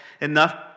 enough